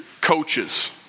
coaches